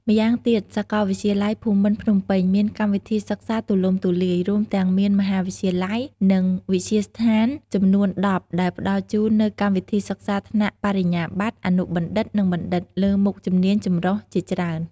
ម៉្យាងទៀតសាកលវិទ្យាល័យភូមិន្ទភ្នំពេញមានកម្មវិធីសិក្សាទូលំទូលាយ រួមទាំងមានមហាវិទ្យាល័យ និងវិទ្យាស្ថានចំនួន ១០ ដែលផ្តល់ជូននូវកម្មវិធីសិក្សាថ្នាក់បរិញ្ញាបត្រ អនុបណ្ឌិត និងបណ្ឌិត លើមុខជំនាញចម្រុះជាច្រើន។